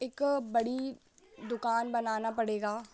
एक बड़ी दुक़ान बनानी पड़ेगी